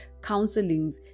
counselings